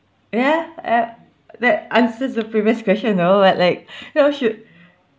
ya uh that answers the previous question though but like they all should